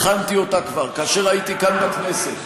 הכנתי אותה כבר כאשר הייתי כאן בכנסת,